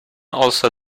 also